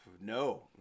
No